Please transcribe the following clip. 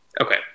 Okay